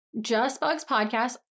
justbugspodcast